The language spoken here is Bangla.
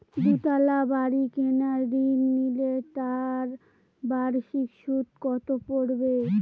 দুতলা বাড়ী কেনার ঋণ নিলে তার বার্ষিক সুদ কত পড়বে?